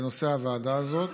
בנושא הוועדה הזאת,